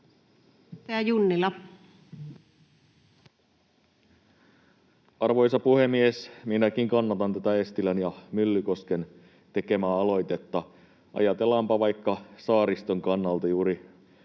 Arvoisa puhemies! Minäkin kannatan tätä Eestilän ja Myllykosken tekemää aloitetta. Ajatellaanpa vaikka saariston kannalta — juuri